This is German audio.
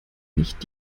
nicht